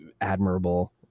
admirable